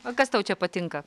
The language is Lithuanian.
o kas tau čia patinka